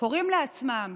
שקוראים לעצמם